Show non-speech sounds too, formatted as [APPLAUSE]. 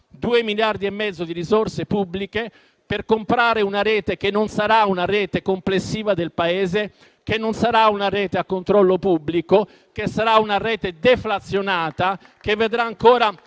miliardi e mezzo di risorse pubbliche per comprare una rete che non sarà una rete complessiva del Paese, non sarà una rete a controllo pubblico, sarà una rete deflazionata, [APPLAUSE] vedrà ancora